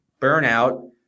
burnout